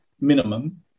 minimum